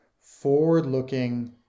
forward-looking